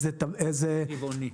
רבעוני.